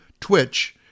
Twitch